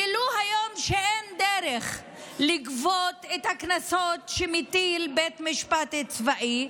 גילו היום שאין דרך לגבות את הקנסות שמטיל בית משפט צבאי,